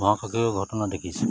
ঘটনা দেখিছোঁ